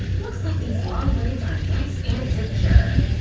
looks like these long braids are nice and secure!